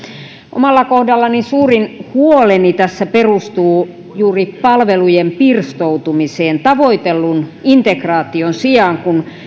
omalla kohdallani suurin huoli tässä perustuu juuri palvelujen pirstoutumiseen tavoitellun integraation sijaan kun